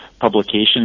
publication